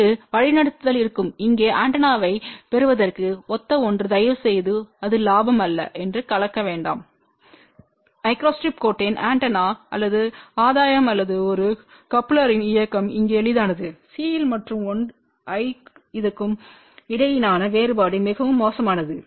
அங்கு வழிநடத்துதல் இருக்கும் இங்கே ஆண்டெனாவைப் பெறுவதற்கு ஒத்த ஒன்று தயவுசெய்து அது லாபம் அல்ல என்று கலக்க வேண்டாம் மைக்ரோஸ்டிரிப் கோட்டின் ஆண்டெனா அல்லது ஆதாயம் அல்லது ஒரு கோப்பலரின் இயக்கம் இங்கே எளிதானது C மற்றும் I இதுக்கும் இடையிலான வேறுபாடு மிகவும் மோசமானது